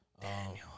Daniel